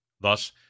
thus